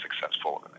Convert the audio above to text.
successful